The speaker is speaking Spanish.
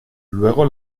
luego